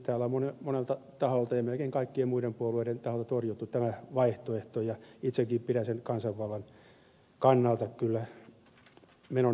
täällä on monelta taholta ja melkein kaikkien muiden puolueiden taholta torjuttu tämä vaihtoehto ja itsekin pidän sitä kansanvallan kannalta kyllä menona taaksepäin